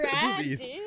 disease